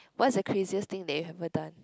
what's the craziest thing that you have ever done